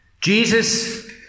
Jesus